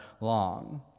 long